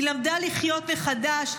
היא למדה לחיות מחדש,